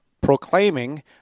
proclaiming